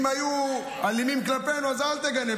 אם היו אלימים כלפינו אז אל תגנה,